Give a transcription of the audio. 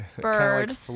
Bird